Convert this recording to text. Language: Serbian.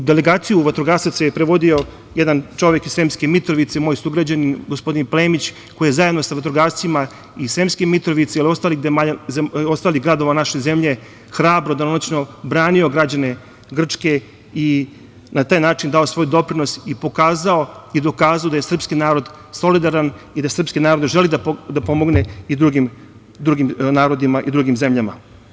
Delegaciju vatrogasaca je predvodio jedan čovek iz Sremske Mitrovice, moj sugrađanin, gospodin Plemić koji je zajedno sa vatrogascima iz Sremske Mitrovice i ostalih gradova naše zemlje, hrabro i danonoćno branio građane Grčke i na taj način dao svoj doprinos i pokazao i dokazao da je srpski narod solidaran i da želi da pomogne i drugim narodima i drugim zemljama.